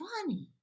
funny